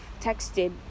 texted